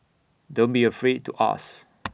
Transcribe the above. don't be afraid to ask